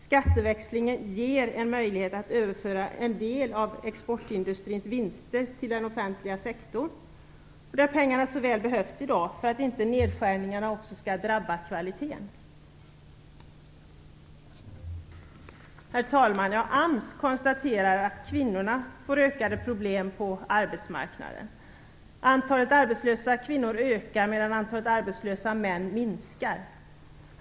Skatteväxlingen ger en möjlighet att överföra en del av exportindustrins vinster till den offentliga sektorn, där pengarna så väl behövs i dag, för att inte nedskärningarna också skall drabba kvaliteten. Herr talman! AMS konstaterar att kvinnorna får ökade problem på arbetsmarknaden. Antalet arbetslösa kvinnor ökar medan antalet arbetslösa män minskar.